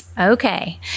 Okay